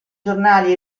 giornali